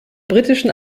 britischen